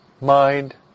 mind